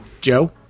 Joe